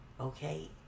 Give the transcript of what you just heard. okay